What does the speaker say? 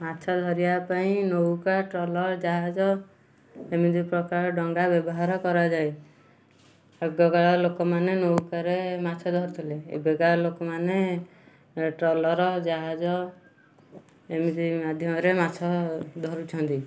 ମାଛ ଧରିବା ପାଇଁ ନୌକା ଟ୍ରଲର ଜାହାଜ ଏମିତି ପ୍ରକାର ଡଙ୍ଗା ବ୍ୟବହାର କରାଯାଏ ଆଗକାଳର ଲୋକମାନେ ନୌକାରେ ମାଛ ଧରୁଥିଲେ ଏବେକାଳ ଲୋକମାନେ ଟ୍ରଲର ଜାହାଜ ଏମିତି ମାଧ୍ୟମରେ ମାଛ ଧରୁଛନ୍ତି